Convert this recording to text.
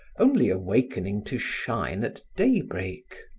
only awakening to shine at daybreak.